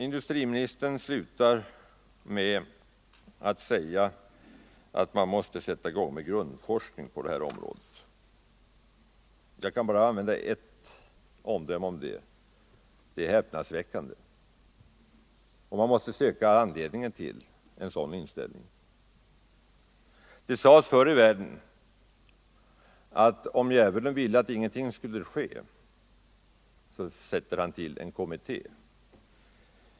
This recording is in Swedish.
Industriministern slutar med att säga att man måste sätta i gång med grundforskning på detta område. Jag kan bara använda ett omdöme om detta: Det är häpnadsväckande, och man måste söka anledningen till en sådan inställning. Det sades förr att om djävulen ville att ingenting skulle ske tillsatte han en kommitté.